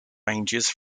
ranges